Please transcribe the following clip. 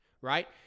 right